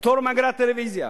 פטור מאגרת טלוויזיה,